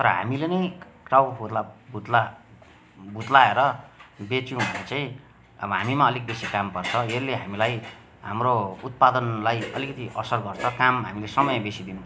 तर हामीले नै टाउको फुत्ला भुत्ला भुत्लाएर बेच्यौँ भने चाहिँ अब हामीमा अलिक बेसी कामपर्छ यसले हामीलाई हाम्रो उत्पादनलाई अलिकति असर गर्छ काम हामीले समय बेसी दिनुपर्छ